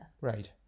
Right